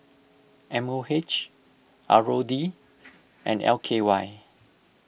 M O H R O D and L K Y